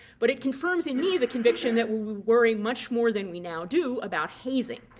but it confirms in me the conviction that we're worrying much more than we now do about hazing.